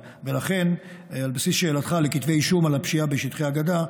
ולכן על בסיס שאלתך לכתבי אישום על הפשיעה בשטחי הגדה,